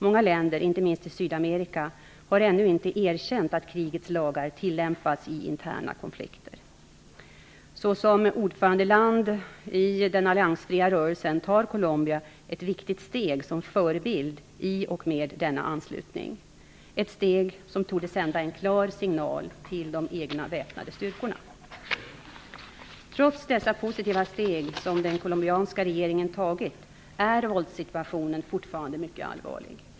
Många länder, inte minst i Sydamerika, har ännu inte erkänt att krigets lagar tillämpas i interna konflikter. Såsom ordförandeland i den alliansfria rörelsen tar Colombia ett viktigt steg som förebild i och med denna anslutning - ett steg som torde sända en klar signal till de egna väpnade styrkorna. Trots dessa positiva steg som den colombianska regeringen tagit är våldssituationen fortfarande mycket allvarlig.